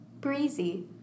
Breezy